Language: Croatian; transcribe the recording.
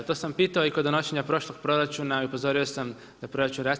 To sam pitao i kod donošenja prošlog proračuna i upozorio sam da proračun raste.